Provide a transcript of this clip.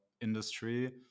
industry